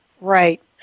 Right